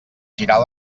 girar